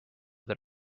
that